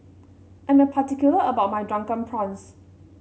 I'm a particular about my Drunken Prawns